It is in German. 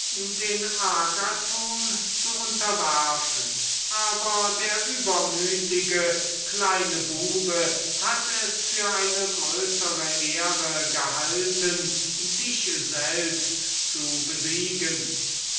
den agathon zu unterwerfen aber der übermütige kleine bube hat es für eine größere ehre gehalten dich selbst zu besiegen